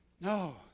No